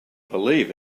believe